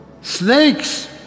Snakes